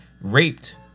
raped